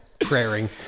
praying